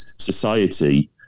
Society